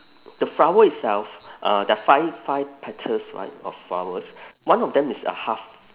the flower itself uh there are five five petals right of flowers one of them is uh half